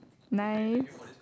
nice